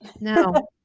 No